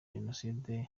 jenoside